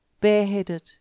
bareheaded